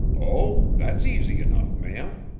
oh, that's aisy enough, ma'am,